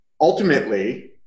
ultimately